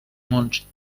mons